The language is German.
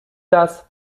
das